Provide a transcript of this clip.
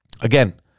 Again